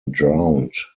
drowned